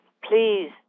Please